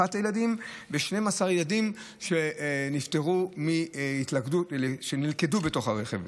ו-12 ילדים שנפטרו כי נלכדו בתוך הרכב.